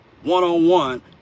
one-on-one